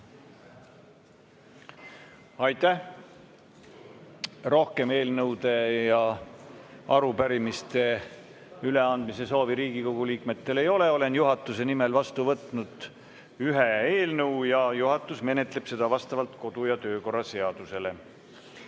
Aitäh! Rohkem eelnõude ja arupärimiste üleandmise soovi Riigikogu liikmetel ei ole. Olen juhatuse nimel vastu võtnud ühe eelnõu ja juhatus menetleb seda vastavalt kodu- ja töökorra seadusele. Nüüd